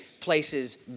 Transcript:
places